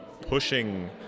pushing